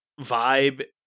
vibe